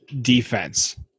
defense